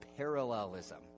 parallelism